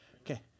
Okay